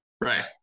Right